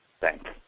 Thanks